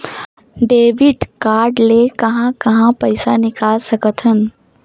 Debit card ले कहां कहां पइसा निकाल सकथन?